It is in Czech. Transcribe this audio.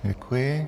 Děkuji.